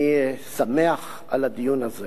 אני שמח על הדיון הזה